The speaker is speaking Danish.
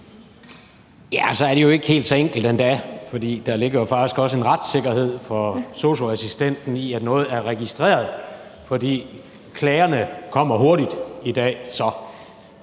Så er det jo ikke helt så enkelt endda, for der ligger faktisk også en retssikkerhed for sosu-assistenten i, at noget er registreret, for klagerne kommer hurtigt i dag.